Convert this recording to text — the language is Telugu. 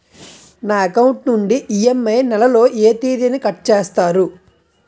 నా అకౌంట్ నుండి ఇ.ఎం.ఐ నెల లో ఏ తేదీన కట్ చేస్తారు?